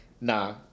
Nah